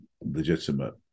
legitimate